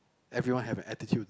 everyone have an attitude